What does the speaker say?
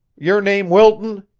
yer name wilton?